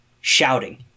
shouting